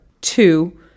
two